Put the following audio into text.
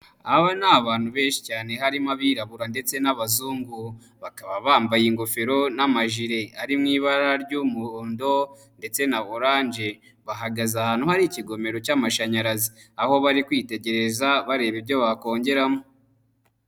Aba ni abantu benshi cyane harimo abirabura ndetse n'abazungu, bakaba bambaye ingofero n'amajire ari mu ibara ry'umuhondo, ndetse na orange. Bahagaze ahantu hari ikigomero cy'amashanyarazi, aho bari kwitegereza bareba ibyo bakongeramo.